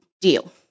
deal